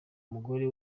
umugore